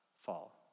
fall